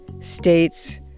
states